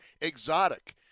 exotic